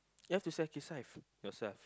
you have to sacrifice yourself